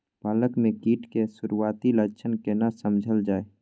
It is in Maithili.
पालक में कीट के सुरआती लक्षण केना समझल जाय?